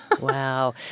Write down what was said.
Wow